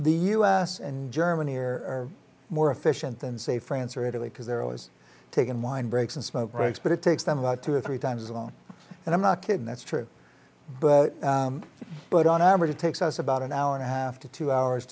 the u s and germany are more efficient than say france or italy because they're always taking wind breaks and smoke breaks but it takes them about two or three times as long and i'm not kidding that's true but on average it takes us about an hour and a half to two hours